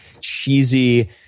cheesy